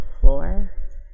floor